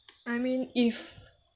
I mean if